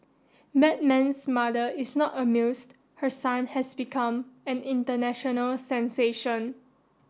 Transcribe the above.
Batman's mother is not amused her son has become an international sensation